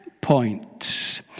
points